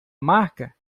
marca